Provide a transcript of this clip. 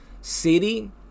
city